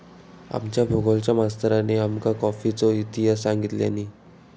आमच्या भुगोलच्या मास्तरानी आमका कॉफीचो इतिहास सांगितल्यानी